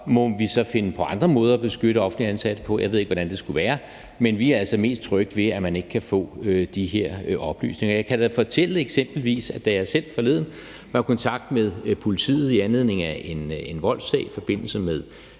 må vi så finde på andre måder at beskytte offentligt ansatte på. Jeg ved ikke, hvordan det skulle være, men vi er altså mest trygge ved, at man ikke kan få de her oplysninger. Jeg kan da eksempelvis fortælle, at da jeg selv forleden var i kontakt med politiet i anledning af en voldssag i forbindelse med